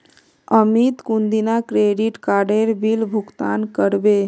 अमित कुंदिना क्रेडिट काडेर बिल भुगतान करबे